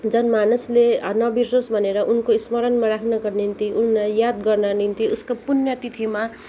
जनमानसले नबिर्सियोस् भनेर उनको स्मरण राख्नको निम्ति उनलाई याद गर्नको निम्ति उसको पुण्यतिथिमा